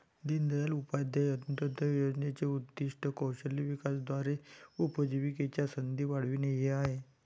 दीनदयाळ उपाध्याय अंत्योदय योजनेचे उद्दीष्ट कौशल्य विकासाद्वारे उपजीविकेच्या संधी वाढविणे हे आहे